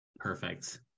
Perfect